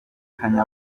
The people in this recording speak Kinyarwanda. kanye